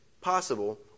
possible